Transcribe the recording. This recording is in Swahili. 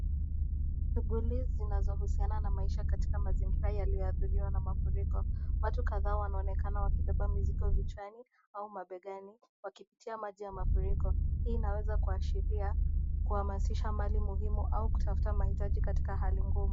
Shughuli zinazohusiana na maisha katika mazingira yaliyoathiriwa na mafuriko, watu kadhaa wanaonekana wakibeba mizgo vichwani au mabegani wakipitia maji ya mafuriko, hii inaweza kuashiria kuhamasisha mali muhimu ama kutafuta mahitaji katika hali ngumu.